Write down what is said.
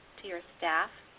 to your staff,